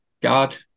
God